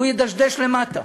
הוא ידשדש למטה,